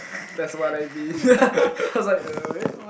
that's what I mean I was like uh wait